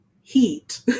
heat